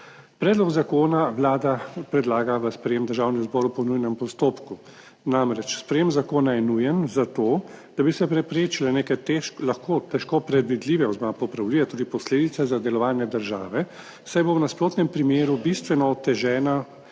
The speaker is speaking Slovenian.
Predlog zakona Vlada predlaga v sprejem Državnem zboru po nujnem postopku, namreč, sprejem zakona je nujen zato, da bi se preprečile neke lahko težko predvidljive oziroma popravljive tudi posledice za delovanje države, saj bo v nasprotnem primeru bistveno otežena